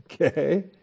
Okay